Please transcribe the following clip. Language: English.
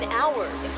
hours